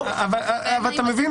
אני לא מאמין